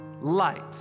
light